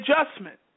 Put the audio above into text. adjustment